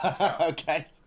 Okay